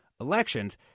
elections